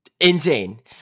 insane